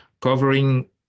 covering